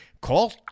call